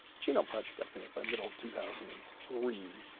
genome project got finished by middle of two thousand and three.